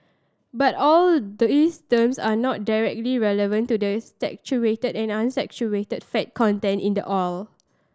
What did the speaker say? but all these terms are not directly relevant to the saturated or unsaturated fat content in the oil